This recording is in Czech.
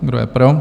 Kdo je pro?